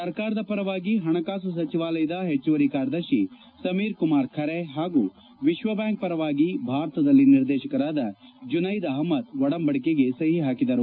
ಸರ್ಕಾರದ ಪರವಾಗಿ ಹಣಕಾಸು ಸಚಿವಾಲಯದ ಹೆಚ್ಚುವರಿ ಕಾರ್ಯದರ್ಶಿ ಸಮೀರ್ ಕುಮಾರ್ ಖರೆ ಹಾಗೂ ವಿಶ್ವಬ್ಣಾಂಕ್ ಪರವಾಗಿ ಭಾರತದಲ್ಲಿ ನಿರ್ದೇಶಕರಾದ ಜುನೈದ್ ಅಹಮದ್ ಒಡಂಬಡಿಕೆಗೆ ಸಹಿ ಹಾಕಿದರು